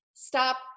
Stop